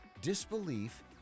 disbelief